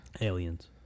Aliens